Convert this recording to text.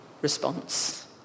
response